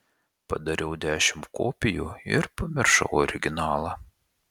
padariau dešimt kopijų ir pamiršau originalą